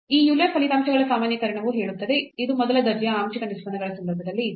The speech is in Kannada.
ಈ ಯೂಲರ್ ಫಲಿತಾಂಶಗಳ ಸಾಮಾನ್ಯೀಕರಣವು ಹೇಳುತ್ತದೆ ಇದು ಮೊದಲ ದರ್ಜೆಯ ಆಂಶಿಕ ನಿಷ್ಪನ್ನಗಳ ಸಂದರ್ಭದಲ್ಲಿಇತ್ತು